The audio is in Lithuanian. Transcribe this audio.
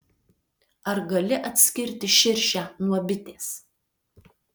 ar gali atskirti širšę nuo bitės